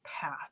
path